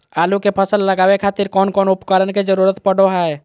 आलू के फसल लगावे खातिर कौन कौन उपकरण के जरूरत पढ़ो हाय?